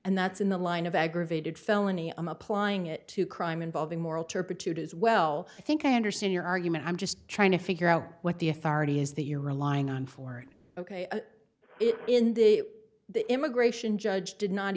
and that's in the line of aggravated felony i'm applying it to crime involving moral turpitude as well i think i understand your argument i'm just trying to figure out what the authority is that you're relying on for ok it in the immigration judge did not